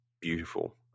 beautiful